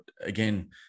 again